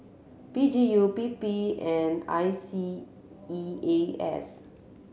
P G U P P and I C E A S